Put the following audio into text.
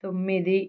తొమ్మిది